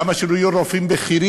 למה שלא יהיו רופאים בכירים?